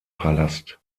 palast